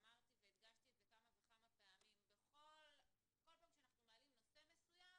ואמרתי והדגשתי כמה וכמה פעמים כל פעם שאנחנו מעלים נושא מסוים,